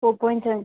four point seven